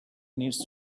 needs